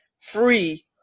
free